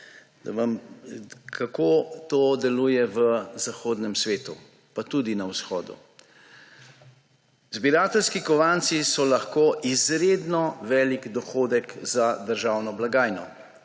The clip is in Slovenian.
kako to deluje to v zahodnem svetu, pa tudi na vzhodu. Zbirateljski kovanci so lahko izredno velik dohodek za državno blagajno,